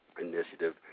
initiative